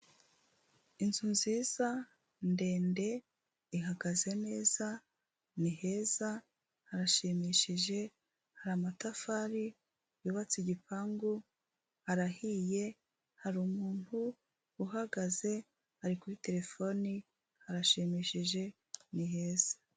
Inzu nziza ndende, ihagaze neza, ni heza, harashimishije, hari amatafari yubatse igipangu arahiye, hari umuntu uhagaze ari kuri terefone, harashimishije, ni heza.